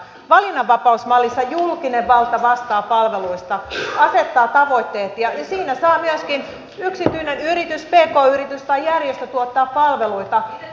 valinnanvapausmallissa julkinen valta vastaa palveluista asettaa tavoitteet ja siinä saa myöskin yksityinen yritys pk yritys tai järjestö tuottaa palveluita mutta ihminen saa tasavertaisesti sen palvelun